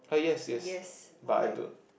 yes I'd like